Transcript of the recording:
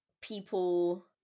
people